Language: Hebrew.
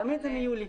תמיד זה יולי.